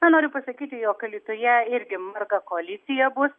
ką noriu pasakyti jog alytuje irgi marga koalicija bus